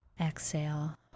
exhale